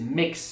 mix